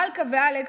מלכה ואלכס,